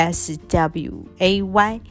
sway